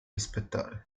rispettare